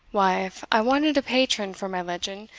why, if i wanted a patron for my legend,